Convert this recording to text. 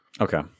Okay